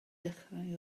dechrau